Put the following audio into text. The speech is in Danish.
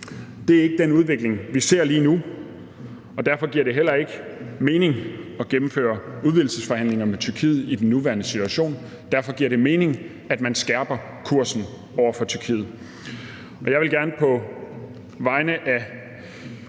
Det er ikke den udvikling, vi ser lige nu, og derfor giver det heller ikke mening at gennemføre udvidelsesforhandlingerne med Tyrkiet i den nuværende situation. Derfor giver det mening, at man skærper kursen over for Tyrkiet. Jeg vil gerne på vegne af